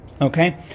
okay